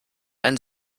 ein